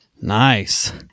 Nice